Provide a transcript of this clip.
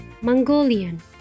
Mongolian